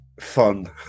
fun